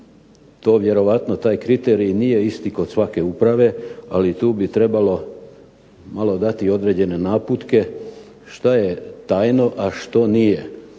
to vjerojatno taj kriterij nije isti kod svake uprave, ali tu bi trebalo dati određene naputke što je tajno, a što nije